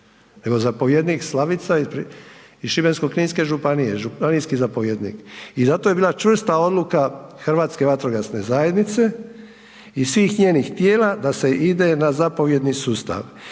nego zapovjednik Slavica iz Šibensko-kninske županije, županijski zapovjednik. I zato je bila čvrsta odluka Hrvatske vatrogasne zajednice i svih njenih tijela da se ide na zapovjedni sustav.